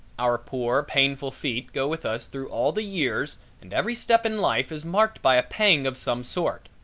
our poor, painful feet go with us through all the years and every step in life is marked by a pang of some sort.